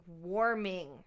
warming